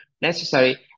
necessary